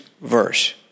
verse